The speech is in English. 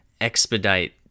expedite